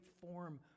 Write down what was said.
form